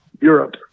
Europe